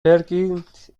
perkins